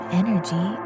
energy